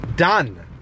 done